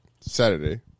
Saturday